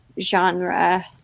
genre